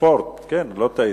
והספורט נתקבלה.